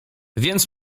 więc